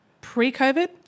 pre-COVID